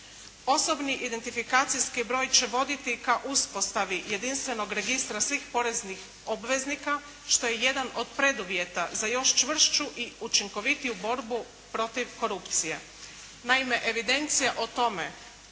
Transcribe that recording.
Osobni identifikacijski broj će voditi ka uspostavi jedinstvenog registra svih poreznih obveznika što je jedan od preduvjeta za još čvršću i učinkovitiju borbu protiv korupcije. Naime, evidencija o tome